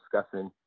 discussing